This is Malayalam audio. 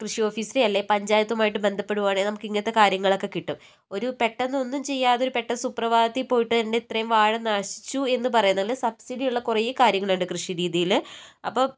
കൃഷി ഓഫീസിനേ അല്ലെൽ പഞ്ചായത്തുമായി ബന്ദപ്പെടുവാണെൽ നമുക്ക് ഇങ്ങനത്തെ കാര്യങ്ങളൊക്കെ കിട്ടും ഒരു പെട്ടന്ന് ഒന്നും ചെയ്യാതെ പെട്ടന്നൊരു സുപ്രഭാതത്തിൽ പോയിട്ട് ഇത്രേയും വാഴ നശിച്ചൂ എന്ന് പറയുന്നെല്ലാ നല്ല സബ്സിഡിയുള്ള കുറെ കാര്യങ്ങളുണ്ട് കൃഷി രീതിയില് അപ്പോൾ